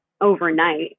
overnight